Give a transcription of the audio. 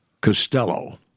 Costello